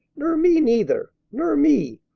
ner me, neither! ner me!